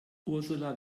ursula